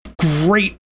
great